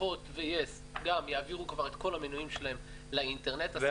הוא שהוט ויס גם יעבירו כבר את כל המנויים שלהם לאינטרנט -- ואז?